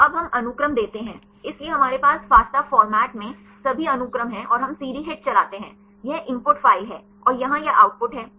तो अब हम अनुक्रम देते हैं इसलिए हमारे पास फास्टा प्रारूप में सभी अनुक्रम हैं और हम सीडी हिट चलाते हैं यह इनपुट फ़ाइल है और यहाँ यह आउटपुट है